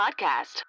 podcast